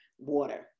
water